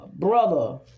brother